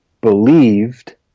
believed